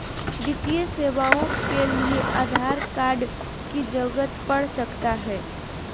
वित्तीय सेवाओं के लिए आधार कार्ड की जरूरत पड़ सकता है?